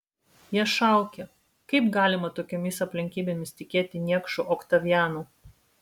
jie šaukė kaip galima tokiomis aplinkybėmis tikėti niekšu oktavianu